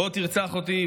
בוא תרצח אותו,